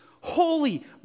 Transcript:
holy